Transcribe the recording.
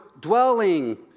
dwelling